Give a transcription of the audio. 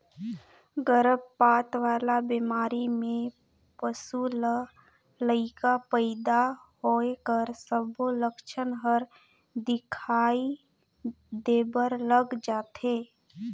गरभपात वाला बेमारी में पसू ल लइका पइदा होए कर सबो लक्छन हर दिखई देबर लग जाथे